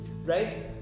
right